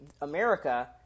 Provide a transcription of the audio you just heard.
America